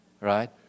right